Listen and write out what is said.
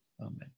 Amen